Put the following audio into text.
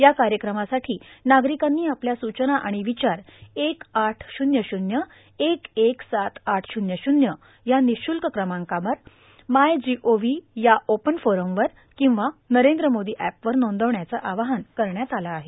या कायक्रमासाठों नार्गारकांनी आपल्या सूचना आर्गाण विचार एक आठ शून्य शून्य एक एक सात आठ शून्य शून्य या ानशूल्क क्रमांकावर my G O V open फोरमवर किंवा नरद्र मोर्दो अॅप वर नांदवण्याचं आवाहन करण्यात आलं आहे